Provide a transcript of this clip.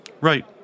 Right